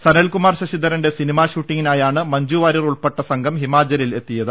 സനൽ കുമാർ ശശിധരന്റെ സിനിമാ ്ഷൂട്ടിംഗിനായാണ് മഞ്ജു വാര്യറുൾപ്പെട്ട സംഘം ഹിമാചലിൽ എത്തിയത്